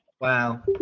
Wow